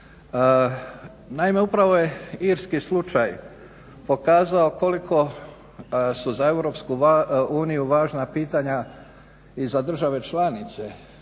Naime, upravo je Irski slučaj pokazao koliko su za EU važna pitanja i za države članice,